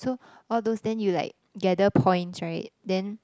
so all those then you like gather points right then